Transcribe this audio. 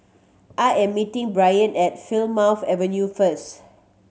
I am meeting Bryanna at Plymouth Avenue first